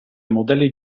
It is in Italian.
modelli